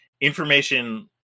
information